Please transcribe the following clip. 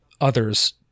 others